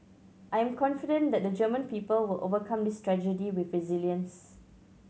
I'm confident that the German people will overcome this tragedy with resilience